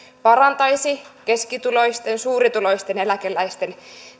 parantaisi keskituloisten ja suurituloisten eläkeläisten